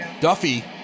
Duffy